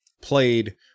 played